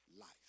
life